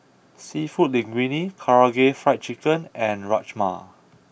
Seafood Linguine Karaage Fried Chicken and Rajma